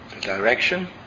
direction